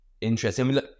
interesting